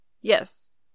Yes